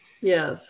yes